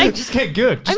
um just get good.